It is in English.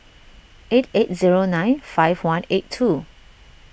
eight eight zero nine five one eight two